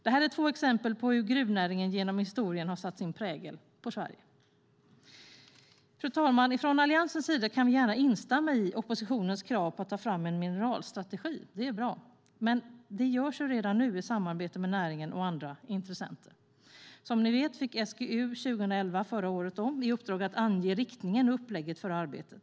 Det är två exempel på hur gruvnäringen genom historien har satt sin prägel på Sverige. Fru talman! Från Alliansens sida kan vi gärna instämma i oppositionens krav på att ta fram en mineralstrategi. Det arbetet sker redan i samarbete med näringen och andra intressenter. Som ni vet fick SGU 2011 i uppdrag att ange riktningen och upplägget för arbetet.